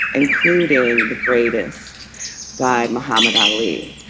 including the greatest guy, muhammad ali.